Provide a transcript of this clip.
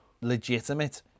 legitimate